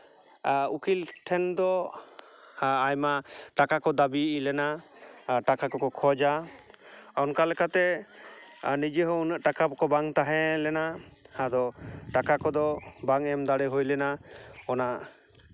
ᱩᱠᱤᱞ ᱴᱷᱮᱱ ᱫᱚ ᱟᱭᱢᱟ ᱴᱟᱠᱟ ᱠᱚ ᱫᱟᱹᱵᱤ ᱞᱮᱱᱟ ᱟᱨ ᱴᱟᱠᱟ ᱠᱚᱠᱚ ᱠᱷᱚᱡᱟ ᱟᱨ ᱚᱱᱠᱟ ᱞᱮᱠᱟᱛᱮ ᱱᱤᱡᱮᱦᱚᱸ ᱩᱱᱟᱹᱜ ᱴᱟᱠᱟ ᱠᱚ ᱵᱟᱝ ᱛᱟᱦᱮᱸ ᱞᱮᱱᱟ ᱟᱫᱚ ᱴᱟᱠᱟ ᱠᱚᱫᱚ ᱵᱟᱝ ᱮᱢᱫᱟᱲᱮ ᱦᱩᱭ ᱞᱮᱱᱟ ᱚᱱᱟ